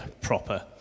proper